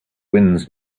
winds